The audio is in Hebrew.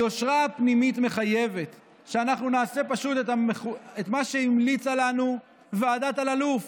היושרה הפנימית מחייבת שאנחנו נעשה פשוט את מה שהמליצה לנו ועדת אלאלוף.